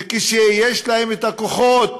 וכשיש להם הכוחות